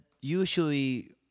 usually